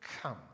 come